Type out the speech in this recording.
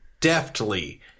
deftly